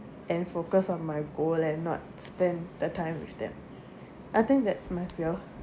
and focus on my goal and not spend the time with them I think that's my fear